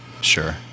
Sure